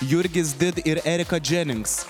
jurgis did ir erika džeminks